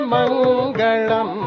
Mangalam